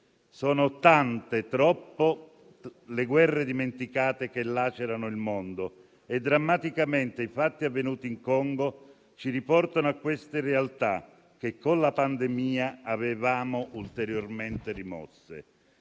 Sono tante, troppe le guerre dimenticate che lacerano il mondo e drammaticamente i fatti avvenuti in Congo ci riportano a queste realtà, che con la pandemia avevamo ulteriormente rimosso.